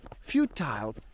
futile